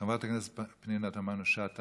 חברת הכנסת פנינה תמנו-שטה,